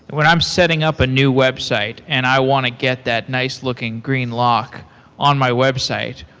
when i'm setting up a new website and i want to get that nice looking green lock on my website,